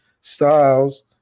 Styles